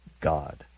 God